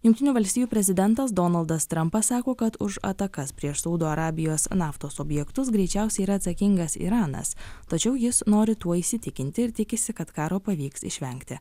jungtinių valstijų prezidentas donaldas trampas sako kad už atakas prieš saudo arabijos naftos objektus greičiausiai yra atsakingas iranas tačiau jis nori tuo įsitikinti ir tikisi kad karo pavyks išvengti